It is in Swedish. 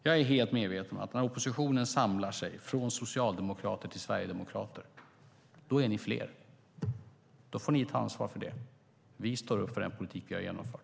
Jag är helt medveten om att när ni i oppositionen samlar er, från socialdemokrater till sverigedemokrater, är ni fler. Då får ni ta ansvar för det. Vi står upp för den politik som vi har genomfört.